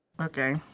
Okay